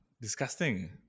Disgusting